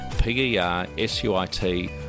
p-e-r-s-u-i-t